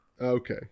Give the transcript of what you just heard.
Okay